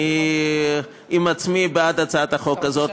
אני עם עצמי בעד הצעת החוק הזאת,